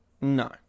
no